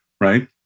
right